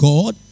God